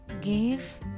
give